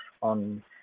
on